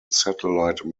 satellite